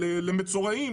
למצורעים,